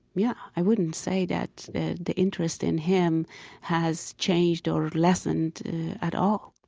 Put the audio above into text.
yeah, i wouldn't say that the the interest in him has changed or lessened at all